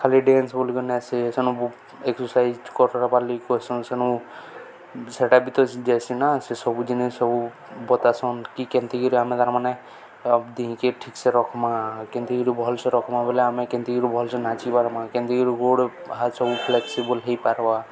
ଖାଲି ଡ୍ୟାନ୍ସ ବ ବୋଲିକ ନେସି ସେନୁ ଏକ୍ସରସାଇଜ୍ କରପାରିଲି କସନ୍ ସେନୁ ସେଟା ବି ତ ଯଏସିନା ସେ ସବୁ ଜିନିଷ ସବୁ ବତାସନ୍ କି କେମନ୍ତି କିରି ଆମେ ତା'ର ମାନେ ଦଁକି ଠିକ୍ ସେ ରଖମା କେମନ୍ତି କିରି ଭଲ୍ ସେ ରଖମା ବଲେ ଆମେ କେମନ୍ତି କିରି ଭଲ୍ ନାଚି ପାରମା କେମନ୍ତି କି ରୋଡ଼ ହ ସବୁ ଫ୍ଲେକ୍ସିବଲ୍ ହେଇପାରବା